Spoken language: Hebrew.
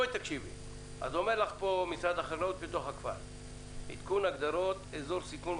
אקרא קצת מהרשימה של היישובים בסיכון: אביבים,